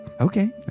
Okay